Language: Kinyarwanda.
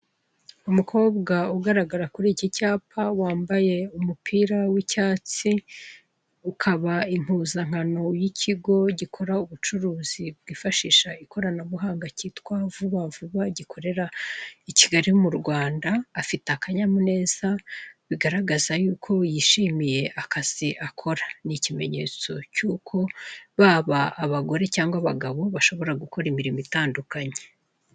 Umukobwa ugaragara kuri iki cyapa wambaye umupira w'icyatsi, ukaba impuzankano y'ikigo gikora ubucuruzi bwifashisha ikoranabuhanga cyitwa vuba vuba gikorera i kigali mu Rwanda, afite akanyamuneza bigaragaza yuko yishimiye akazi akora, ni ikimenyetso cy'uko baba abagore cyangwa abagabo bashobora gukora imirimo itandukanye.